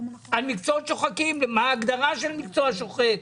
על מקצועות שוחקים ומה ההגדרה של מקצוע שוחק.